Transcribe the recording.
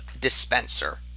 dispenser